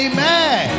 Amen